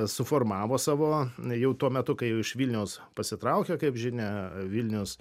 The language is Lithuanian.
suformavo savo jau tuo metu kai iš vilniaus pasitraukė kaip žinia vilnius